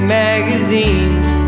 magazines